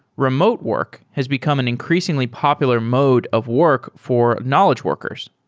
remote work has become an increasingly popular mode of work for knowledge workers.